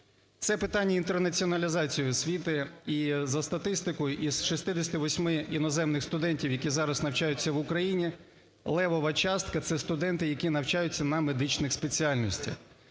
Це питання інтерналізації освіти і, за статистикою, із 68 іноземних студентів, які зараз навчаються в Україні левова частка – це студенти, які навчаються на медичних спеціальностях.